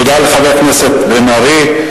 תודה לחבר הכנסת בן-ארי.